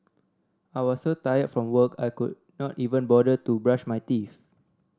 I was so tired from work I could not even bother to brush my teeth